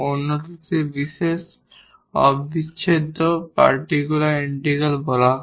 অন্যটিকে particular integral বলা হয়